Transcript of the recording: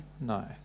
No